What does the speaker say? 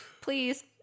Please